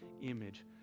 image